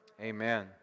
Amen